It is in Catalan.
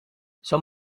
som